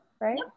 right